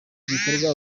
gikorwa